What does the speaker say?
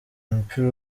umupira